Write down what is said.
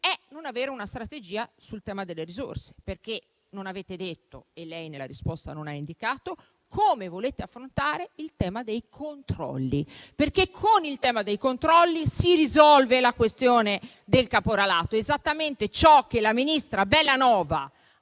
è non avere una strategia nell'ambito delle risorse, perché non avete detto - e lei nella risposta non ha indicato - come volete affrontare il tema dei controlli. Con il tema dei controlli si risolve la questione del caporalato: esattamente ciò che la ministra Bellanova, forte